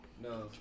No